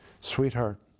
Sweetheart